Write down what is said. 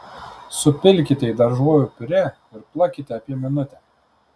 supilkite į daržovių piurė ir plakite apie minutę